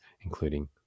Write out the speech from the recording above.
including